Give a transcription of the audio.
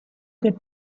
get